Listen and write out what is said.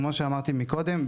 כמו שאמרתי מקודם,